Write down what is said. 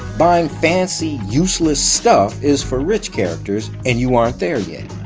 buying fancy useless stuff is for rich characters and you aren't there yet.